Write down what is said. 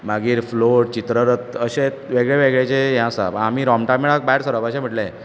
मागीर फ्लॉट चित्ररथ अशे वेगळे वेगळे जे हें आसा आमी रोमटा मेळाक भायर सरप अशें म्हटलें